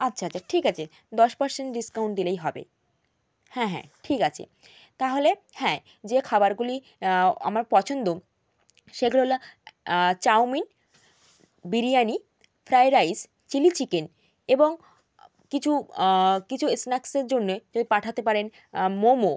আচ্ছা আচ্ছা ঠিক আছে দশ পার্সেন্ট ডিসকাউন্ট দিলেই হবে হ্যাঁ হ্যাঁ ঠিক আছে তাহলে হ্যাঁ যে খাবারগুলি আমার পছন্দ সেগুলো হলো chowmein biryani fry rice chilli chicken এবং কিছু কিছু স্ন্যাক্সের জন্যে যদি পাঠাতে পারেন মোমো